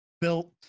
built